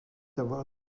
avoir